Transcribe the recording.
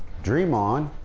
dream on,